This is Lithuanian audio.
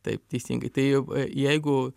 taip teisingai tai jeigu